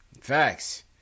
Facts